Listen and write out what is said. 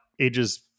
ages